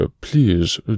Please